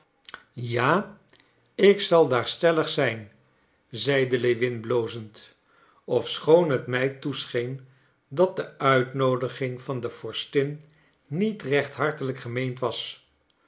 ja ik zal daar stellig zijn zeide lewin blozend ofschoon het mij toescheen dat de uitnoodiging van de vorstin niet recht hartelijk gemeend was